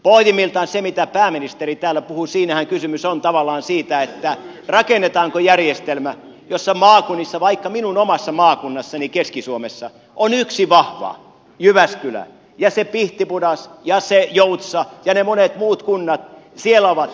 pohjimmiltaan siinähän mitä pääministeri täällä puhui kysymys on tavallaan siitä rakennetaanko järjestelmä jossa maakunnissa on yksi vahva vaikka minun omassa maakunnassani keski suomessa jyväskylä ja ne muut se pihtipudas ja se joutsa ja ne monet muut kunnat siellä ovat renkejä